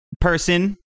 person